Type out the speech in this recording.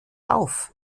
auf